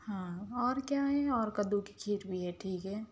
ہاں اور کیا ہے اور کدّو کی کھیر بھی ہے ٹھیک ہے